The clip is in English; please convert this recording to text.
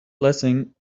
blessing